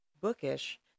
bookish